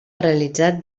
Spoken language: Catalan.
realitzat